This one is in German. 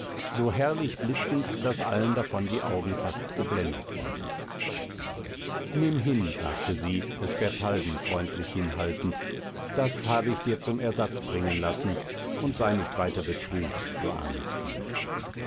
so herrlich blitzend daß allen davon die augen fast geblendet wurden nimm hin sagte sie es bertalden freundlich hinhaltend das hab ich dir zum ersatz bringen lassen und sei nicht weiter betrübt du armes kind